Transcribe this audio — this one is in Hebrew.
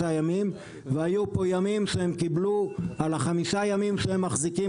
והיו פה ימים שהם קיבלו על חמישה הימים שהם מחזיקים